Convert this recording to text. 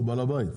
הוא בעל הבית.